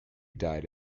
died